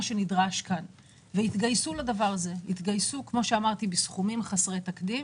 שנדרש כאן והתגייסו לדבר הזה בסכומים חסרי תקדים.